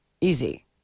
Easy